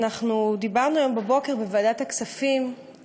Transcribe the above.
דיברנו היום בבוקר בוועדת הכספים,